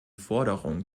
forderung